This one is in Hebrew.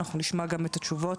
אנחנו נשמע גם את התשובות.